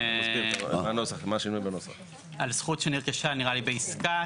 על זכות שנרכשה בעסקה,